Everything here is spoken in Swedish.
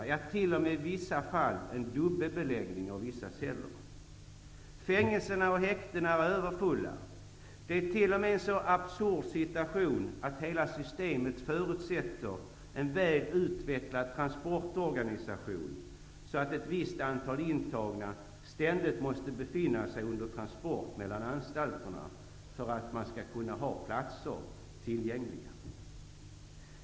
I vissa fall rör det sig t.o.m. om en dubbelbeläggning av vissa celler. Fängelserna och häktena är överfulla. Situationen är t.o.m. så absurd att systemet förutsätter en väl utvecklad transportorganisation så att ett visst antal intagna ständigt måste befinna sig på transport mellan anstalterna för att platser skall finnas tillgängliga.